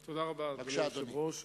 בבקשה,